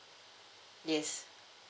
yes